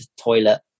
toilet